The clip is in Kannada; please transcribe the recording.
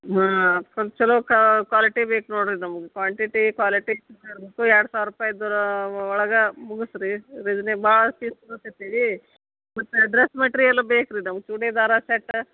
ಹಾಂ ಒಂದು ಚೊಲೋ ಕ್ವಾಲಿಟಿ ಬೇಕು ನೋಡಿರಿ ನಮ್ಗೆ ಕ್ವಾಂಟಿಟಿ ಕ್ವಾಲಿಟಿ ಎಲ್ಲ ಇರಬೇಕು ಎರಡು ಸಾವಿರ ರೂಪಾಯ್ದ್ರ ಒಳಗೆ ಮುಗಿಸ್ ರೀ ರೀಸನೆ ಭಾಳ ಪೀಸ್ ಬತ್ತತ್ತೀ ಮತ್ತು ಡ್ರಸ್ ಮೆಟ್ರಿಯಲ್ಲು ಬೇಕು ರೀ ನಮ್ಗೆ ಚೂಡಿದಾರ ಸೆಟ್ಟ